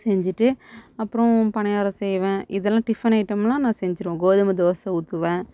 செஞ்சுட்டு அப்புறம் பணியாரம் செய்வேன் இதெல்லாம் டிபன் ஐட்டம்லாம் நான் செஞ்சிடுவேன் கோதுமை தோசை ஊற்றுவேன்